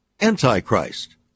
Antichrist